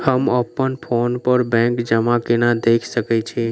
हम अप्पन फोन पर बैंक जमा केना देख सकै छी?